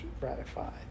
ratified